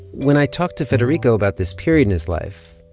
when i talked to federico about this period in his life,